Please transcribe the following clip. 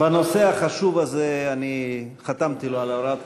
בנושא החשוב הזה אני חתמתי לו על הוראת קבע,